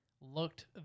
looked